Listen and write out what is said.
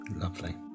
Lovely